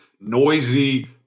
noisy